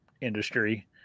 industry